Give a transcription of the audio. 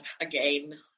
again